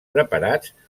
preparats